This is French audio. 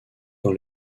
dans